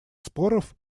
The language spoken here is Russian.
споров